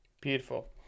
Beautiful